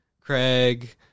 Craig